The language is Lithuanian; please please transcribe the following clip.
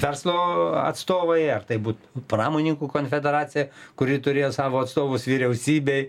verslo atstovai ar tai būt pramoninkų konfederacija kuri turėjo savo atstovus vyriausybėj